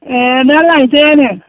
ए दा लायदो आरो